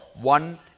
one